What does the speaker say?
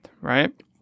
right